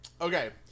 Okay